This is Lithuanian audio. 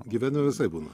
gyvenime visaip būna